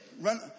run